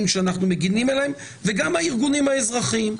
שאנחנו מגנים עליהם וגם הארגונים האזרחיים.